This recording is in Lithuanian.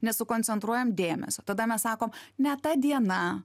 nesukoncentruojam dėmesio tada mes sakom ne ta diena